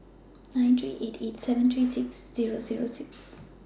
nine three eight eight seven three six Zero Zero six